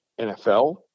NFL